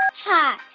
um hi.